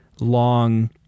long